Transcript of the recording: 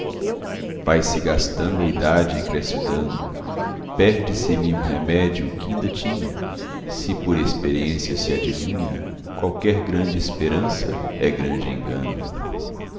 vai se gastando a idade e cresce o dano perde se me um remédio que inda tinha se por experiência se adivinha qualquer grande esperança é grande engano